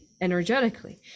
energetically